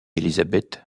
elizabeth